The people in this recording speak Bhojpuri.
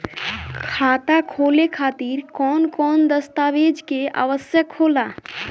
खाता खोले खातिर कौन कौन दस्तावेज के आवश्यक होला?